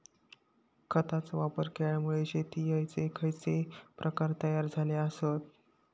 खतांचे वापर केल्यामुळे शेतीयेचे खैचे प्रकार तयार झाले आसत?